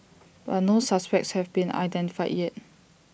but no suspects have been identified yet